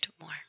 more